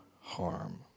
harm